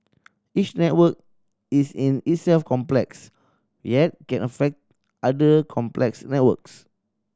each network is in itself complex yet can affect other complex networks